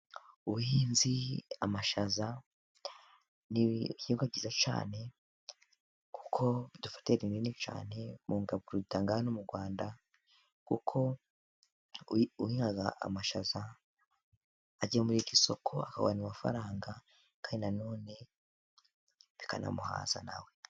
Ubuhinzi, amashaza ni ibihingwa byiza cyane, kuko bidufatiye runini cyane, mu ngano bitangana hano mu Rwanda, kuko uhinga amashaza agemuye mu isoko akabona amafaranga, kandi na none bikanamuhaza nawe.